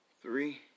Three